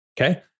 okay